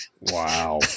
wow